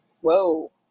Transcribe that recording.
Whoa